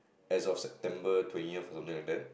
as of September twentieth of something like that